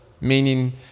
meaning